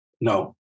No